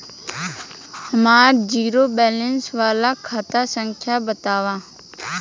हमार zero balance वाला खाता संख्या वतावा?